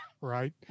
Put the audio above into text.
Right